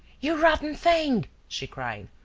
you rotten thing! she cried.